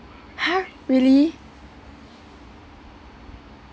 ha really